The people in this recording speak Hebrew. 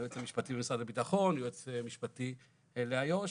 היועץ המשפטי במשרד הביטחון, יועץ משפטי לאיו"ש